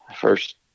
first